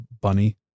bunny